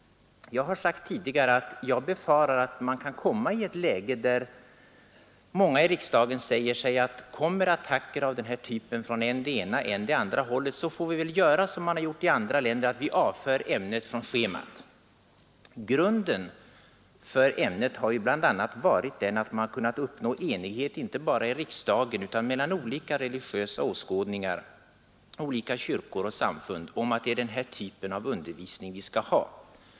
Jag har sagt tidigare att jag befarar att man kan komma i ett läge där många i riksdagen säger sig: Kommer attacker av den här typen från än det ena, än det andra hållet får vi väl göra som man har gjort i andra länder och avföra ämnet från schemat. Grunden för ämnet har varit bl.a. den att man har kunnat uppnå enighet inte bara i riksdagen utan mellan olika religiösa åskådningar, olika kyrkor och samfund, om att det är den här typen av undervisning som vi skall ha.